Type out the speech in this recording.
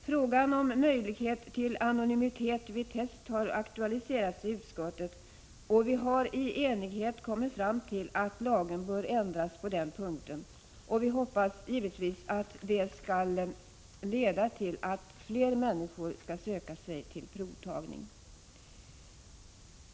Frågan om anonymitet vid test har aktualiserats i utskottet, och vi har i enighet kommit fram till att lagen bör ändras på den punkten. Vi hoppas givetvis att det skall leda till att fler människor skall söka sig till provtagning.